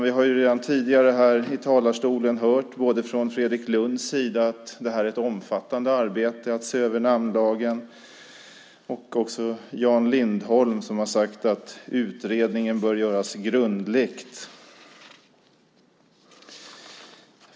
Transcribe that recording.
Vi har tidigare från Fredrik Lundhs sida hört att det är ett omfattande arbete att se över namnlagen, och Jan Lindholm har sagt att utredningen bör göras grundligt.